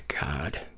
God